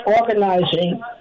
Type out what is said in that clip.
organizing